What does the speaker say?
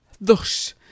Thus